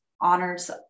honors